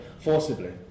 forcibly